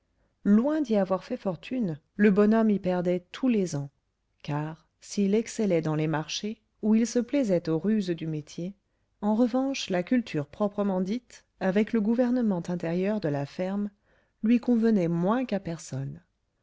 loin d'y avoir fait fortune le bonhomme y perdait tous les ans car s'il excellait dans les marchés où il se plaisait aux ruses du métier en revanche la culture proprement dite avec le gouvernement intérieur de la ferme lui convenait moins qu'à personne